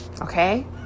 okay